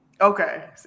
Okay